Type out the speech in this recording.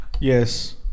Yes